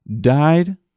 died